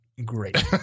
great